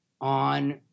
on